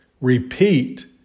repeat